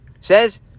says